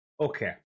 okay